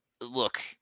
look